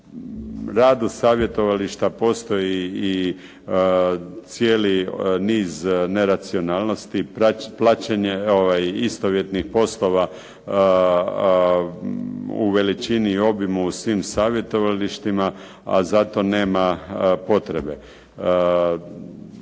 radu savjetovališta postoji i cijeli niz neracionalnosti, istovjetnih poslova u veličini i obijmu u svim savjetovalištima, a za to nema potrebe.